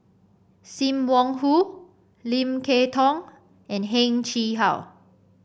Sim Wong Hoo Lim Kay Tong and Heng Chee How